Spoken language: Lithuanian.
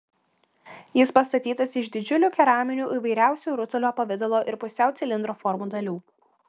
jis pastatytas iš didžiulių keraminių įvairiausių rutulio pavidalo ir pusiau cilindro formų dalių